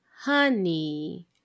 honey